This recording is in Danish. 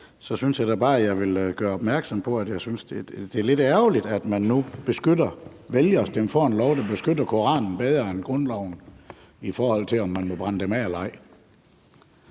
Så synes jeg da bare, at jeg ville gøre opmærksom på, at jeg synes, at det er lidt ærgerligt, at man nu vælger at stemme for et lovforslag, der beskytter Koranen bedre end grundloven, i forhold til om man må brænde dem af eller ej.